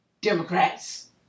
Democrats